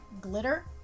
glitter